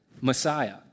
Messiah